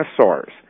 dinosaurs